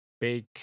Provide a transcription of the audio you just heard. big